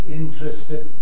interested